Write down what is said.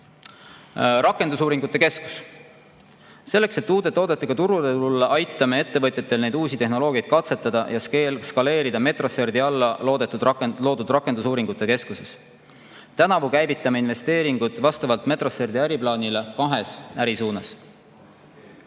Rakendusuuringute keskus. Selleks, et uute toodetega turule tulla, aitame ettevõtjatel neid uusi tehnoloogiaid katsetada ja skaleerida Metroserti alla loodud rakendusuuringute keskuses. Tänavu käivitame investeeringud vastavalt Metroserti äriplaanile kahes ärisuunas.